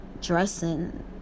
dressing